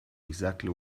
exactly